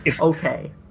okay